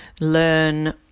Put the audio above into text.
learn